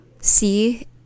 see